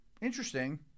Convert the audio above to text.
Interesting